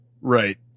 right